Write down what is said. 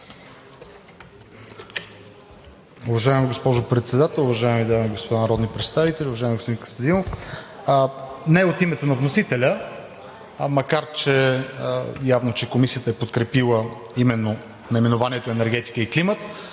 Уважаема госпожо Председател, уважаеми дами и господа народни представители! Уважаеми господин Костадинов, не от името на вносителя, макар че явно Комисията е подкрепила именно наименованието „Енергетика и климат“,